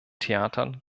theatern